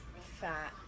fat